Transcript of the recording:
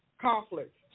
conflict